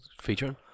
featuring